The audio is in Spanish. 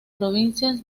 provincias